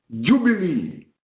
jubilee